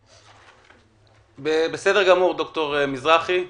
תודה רבה, ד"ר מזרחי,